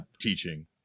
teaching